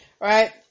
right